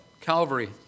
Calvary